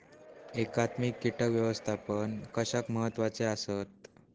एकात्मिक कीटक व्यवस्थापन कशाक महत्वाचे आसत?